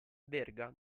verga